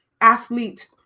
athlete